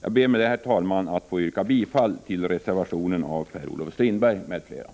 Jag ber med detta, herr talman, att få yrka bifall till reservationen av Per-Olof Strindberg m.fl.